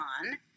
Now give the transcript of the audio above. on